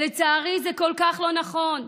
לצערי זה כל כך לא נכון.